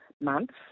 months